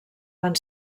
van